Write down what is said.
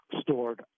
stored